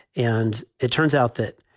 and it turns out that,